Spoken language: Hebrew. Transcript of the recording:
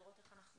לראות איך אנחנו